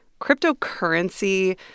Cryptocurrency